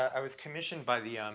i was commissioned by the,